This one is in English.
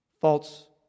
false